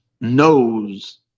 knows